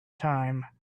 time